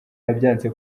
yabyanditse